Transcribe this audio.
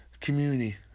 community